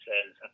Says